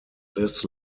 this